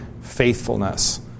faithfulness